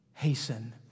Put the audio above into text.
Hasten